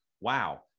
wow